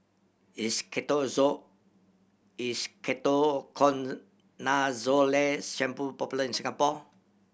is is Ketoconazole Shampoo popular in Singapore